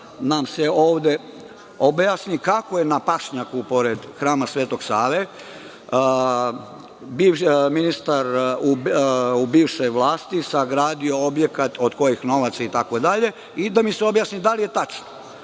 nam se ovde objasni kako je na pašnjaku pored Hrama svetog Save ministar u bivšoj vlasti sagradio objekat, od kojih to novaca itd. i da mi se objasni da li je tačno